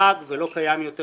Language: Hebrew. פג ולא קיים יותר.